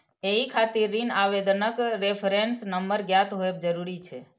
एहि खातिर ऋण आवेदनक रेफरेंस नंबर ज्ञात होयब जरूरी छै